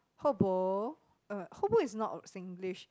ho bo uh ho bo is not of Singlish